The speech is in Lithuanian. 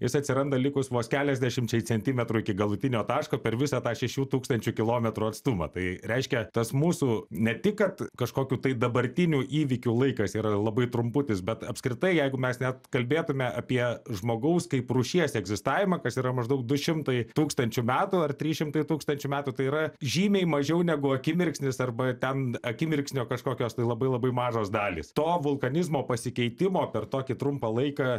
jis atsiranda likus vos keliasdešimčiai centimetrų iki galutinio taško per visą tą šešių tūkstančių kilometrų atstumą tai reiškia tas mūsų ne tik kad kažkokių tai dabartinių įvykių laikas yra labai trumputis bet apskritai jeigu mes net kalbėtume apie žmogaus kaip rūšies egzistavimą kas yra maždaug du šimtai tūkstančių metų ar trys šimtai tūkstančių metų tai yra žymiai mažiau negu akimirksnis arba ten akimirksnio kažkokios tai labai labai mažos dalys to vulkanizmo pasikeitimo per tokį trumpą laiką